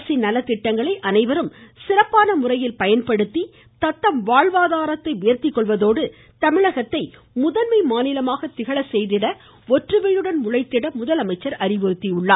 அரசின் நலத்திட்டங்களை அனைவரும் சிறப்பான முறையில் பயன்படுத்தி தத்தம் வாழ்வாதாரத்தை உயா்த்திக்கொள்வதோடு தமிழகத்தை முதன்மை மாநிலமாக திகழச்செய்திட அனைவரும் ஒற்றுமையுடன் உழைத்திட முதலமைச்சர் அறிவுறுத்தியுள்ளார்